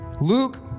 Luke